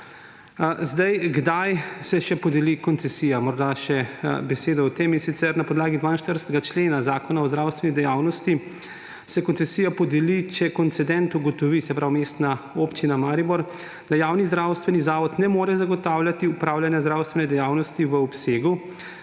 leta. Kdaj se še podeli koncesija? Morda še besedo o tem, in sicer na podlagi 42. člena Zakona o zdravstveni dejavnosti se koncesija podeli, če koncedent ugotovi, torej Mestna občina Maribor, da javni zdravstveni zavod ne more zagotavljati opravljanja zdravstvene dejavnosti v obsegu,